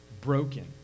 broken